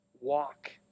walk